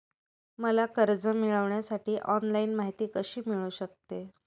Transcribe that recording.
मला कर्ज मिळविण्यासाठी ऑनलाइन माहिती कशी मिळू शकते?